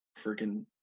freaking